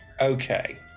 Okay